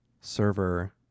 server